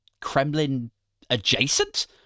Kremlin-adjacent